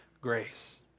grace